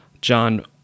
John